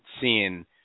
seeing